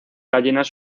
gallinas